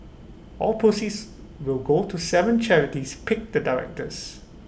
all proceeds will go to Seven charities picked the directors